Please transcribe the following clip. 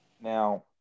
Now